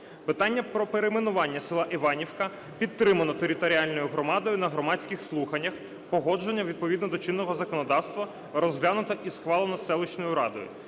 Питання про перейменування села Іванівка підтримано територіальною громадою на громадських слуханнях, погоджено відповідно до чинного законодавства, розглянуто і схвалено селищною радою.